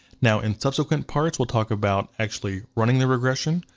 now in subsequent parts, we'll talk about actually running the regression.